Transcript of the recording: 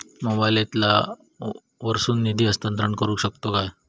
मोबाईला वर्सून निधी हस्तांतरण करू शकतो काय?